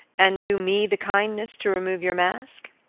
and do me the kindness to remove your mask